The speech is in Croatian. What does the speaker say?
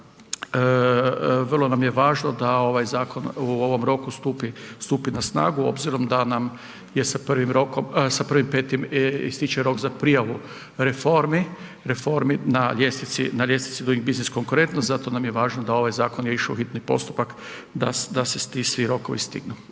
vrlo nam je važno da ovaj zakon u ovom roku stupi na snagu obzirom da nam je sa 1.5. ističe rok za prijavu reformi na ljestvici doing business konkurentnost, zato nam je važno da je ovaj zakon išao u hitni postupak da se ti svi rokovi stignu.